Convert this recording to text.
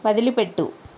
వదిలిపెట్టు